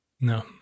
no